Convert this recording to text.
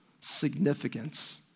Significance